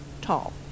tall